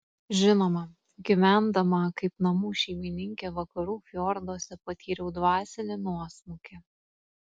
žinoma gyvendama kaip namų šeimininkė vakarų fjorduose patyriau dvasinį nuosmukį